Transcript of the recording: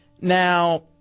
Now